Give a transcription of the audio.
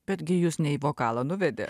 betgi jus nei į vokalą nuvedė